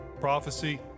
prophecy